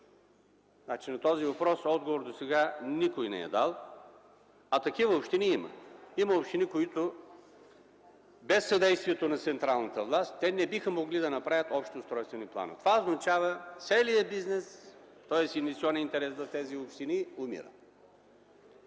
На този въпрос отговор досега никой не е дал, а такива общини има. Има общини, които без съдействието на централната власт не биха могли да направят общи устройствени планове. Това означава, че целият бизнес, тоест инвестиционният интерес в тези общини, умира.